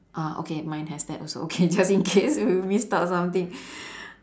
ah okay mine has that also okay just in case that we missed out something